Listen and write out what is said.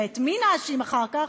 ואת מי נאשים אחר כך?